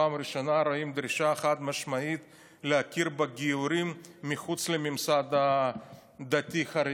פעם ראשונה רואים דרישה חד-משמעית להכיר בגיורים מחוץ לממסד הדתי-חרדי.